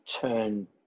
turn